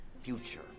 Future